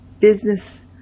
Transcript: business